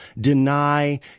deny